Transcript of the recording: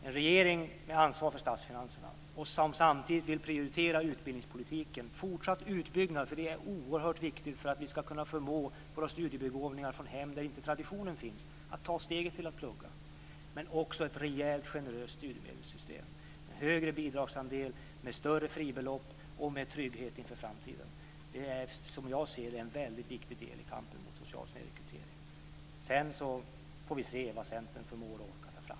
En regering med ansvar för statsfinanserna som samtidigt vill prioritera utbildningspolitiken och en fortsatt utbyggnad av den, vilket är oerhört viktigt för att vi ska kunna förmå våra studiebegåvningar från hem där det inte finns någon studietradition att ta steget att börja plugga, men också ett rejält och generöst studiemedelssystem med en större bidragsandel, med större fribelopp och med trygghet inför framtiden är som jag ser det en mycket viktig del i kampen mot social snedrekrytering. Sedan får vi se vad Centern förmår och orkar ta fram.